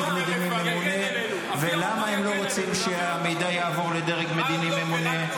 המדיני הממונה ולמה הם לא רוצים שהמידע יעבור לדרג המדיני הממונה,